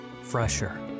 fresher